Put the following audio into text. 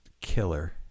Killer